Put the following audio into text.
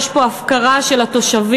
יש פה הפקרה של התושבים.